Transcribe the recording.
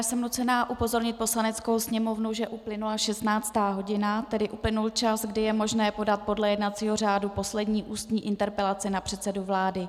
Jsem nucena upozornit Poslaneckou sněmovnu, že uplynula 16. hodina, tedy uplynul čas, kdy je možné podat podle jednacího řádu poslední ústní interpelaci na předsedu vlády.